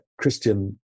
Christian